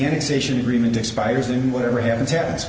initiation agreement expires and whatever happens happens